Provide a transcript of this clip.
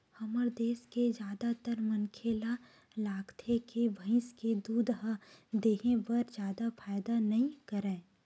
हमर देस के जादातर मनखे ल लागथे के भइस के दूद ह देहे बर जादा फायदा नइ करय